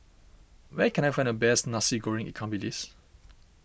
where can I find the best Nasi Goreng Ikan Bilis